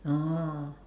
oh